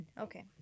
Okay